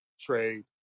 trade